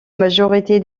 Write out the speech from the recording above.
majorité